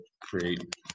create